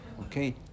Okay